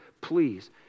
please